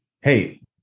Hey